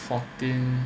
fourteen